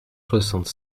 soixante